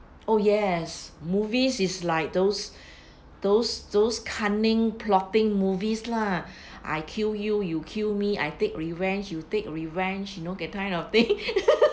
oh yes movies is like those those those cunning plotting movies lah I kill you you kill me I take revenge you take revenge you know that kind of thing